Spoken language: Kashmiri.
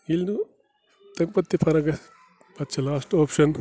ییٚلہِ نہٕ تَمہِ پَتہٕ تہِ فرق گژھِ پَتہٕ چھِ لاسٹ اوپشَن